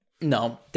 No